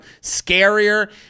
scarier